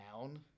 down